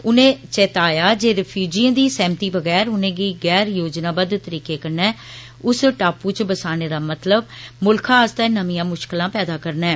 उनें चेताया जे रिफयूजियें दी सैहमती बगैर उनेंगी गैरयो जनाबद्द तरीके कन्नै उस टापू च बसाने दा मतलब मुल्खा आस्तै नमियां मुषकलां पैदा करना ऐ